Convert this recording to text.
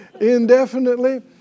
indefinitely